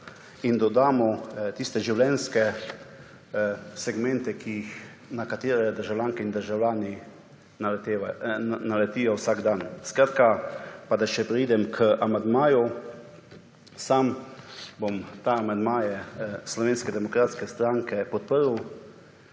in dodamo tiste življenjske segmente, na katere državljanke in državljani naletijo vsak dan. Skratka, da še preidem k amandmaju. Sam bom ta amandma - je Slovenske demokratske stranke - podprl,